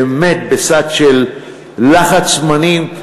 באמת בסד של לוחות זמנים,